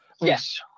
Yes